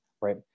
right